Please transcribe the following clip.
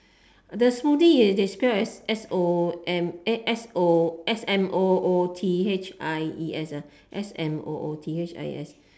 the smoothie is they spell as S O O M eh S O S M O O T H I E S ah S M O O T H I E S